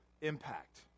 impact